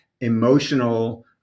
emotional